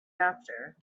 after